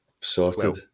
sorted